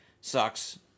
sucks